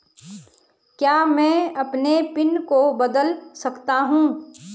क्या मैं अपने पिन को बदल सकता हूँ?